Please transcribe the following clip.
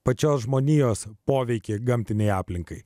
pačios žmonijos poveikį gamtinei aplinkai